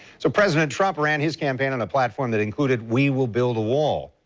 so president trump ran his campaign on a platform that included, we will build a wall.